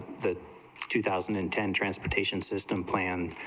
the two thousand and ten transportation system planned,